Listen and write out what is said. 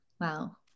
Wow